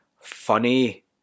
funny